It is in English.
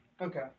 Okay